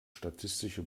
statistische